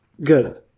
Good